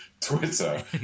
Twitter